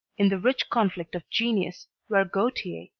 in the rich conflict of genius were gautier,